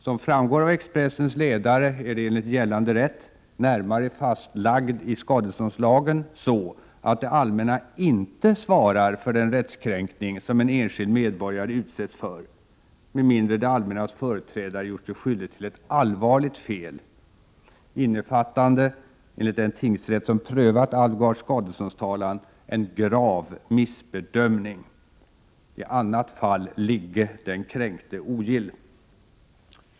Som framgår av Expressens ledare är det enligt gällande rätt, närmare fastlagd i skadeståndslagen, så att det allmänna inte svarar för den rättskränkning som en enskild medborgare utsätts för, med mindre det allmännas företrädare gjort sig skyldig till ett allvarligt fel, innefattande — enligt den tingsrätt som prövat Alvgards skadeståndstalan — en grav missbedömning. I annat fall ligge den kränkte ogill.